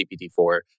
GPT-4